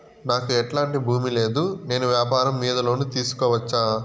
నాకు ఎట్లాంటి భూమి లేదు నేను వ్యాపారం మీద లోను తీసుకోవచ్చా?